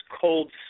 cold